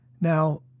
Now